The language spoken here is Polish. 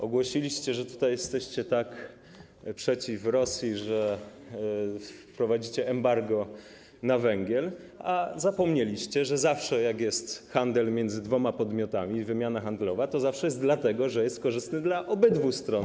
Ogłosiliście tutaj, że jesteście tak przeciw Rosji, że wprowadzicie embargo na węgiel, ale zapomnieliście, że jak jest handel między dwoma podmiotami, wymiana handlowa, to zawsze jest dlatego, że jest korzystny dla obydwu stron.